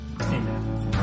Amen